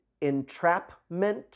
entrapment